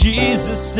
Jesus